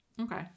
okay